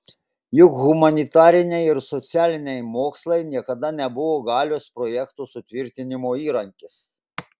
juk humanitariniai ir socialiniai mokslai niekada nebuvo galios projekto sutvirtinimo įrankis